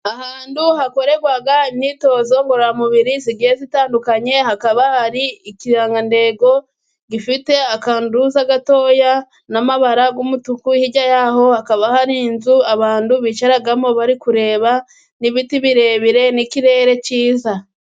Ahantu hakorerwa imyitozo ngororamubiri igiye itandukanye, hakaba hari ikirangantengo gifite akantuza gatoya, n'amabara y'umutuku. Hirya y'aho hakaba hari inzu abantu bicaramo bari kureba, n'ibiti birebire n'ikirere cyiza.